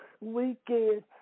weekend